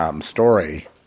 story